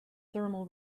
thermal